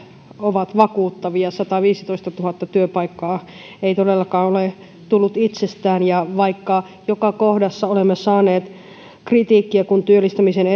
ovat vakuuttavia ja sataviisitoistatuhatta työpaikkaa ei todellakaan ole tullut itsestään vaikka joka kohdassa olemme saaneet kritiikkiä kun työllistämisen